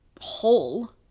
whole